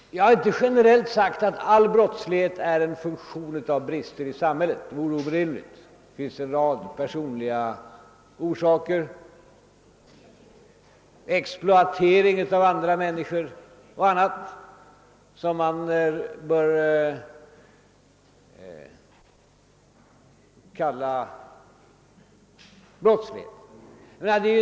Jag har inte generellt sagt, fru Kristensson, att all brottslighet är en funktion av brister i samhället. Det vore orimligt — det finns en rad personliga orsaker, såsom exploatering av andra människor som man bör kalla brottslighet.